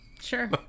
Sure